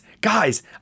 Guys